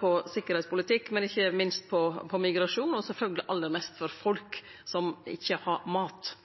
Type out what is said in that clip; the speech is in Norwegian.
for tryggingspolitikk og ikkje minst for migrasjon og sjølvsagt aller mest for folk som ikkje har mat.